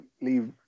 leave